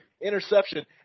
Interception